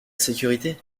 sécurité